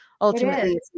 ultimately